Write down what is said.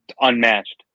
Unmatched